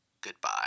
Goodbye